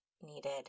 needed